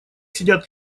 сидят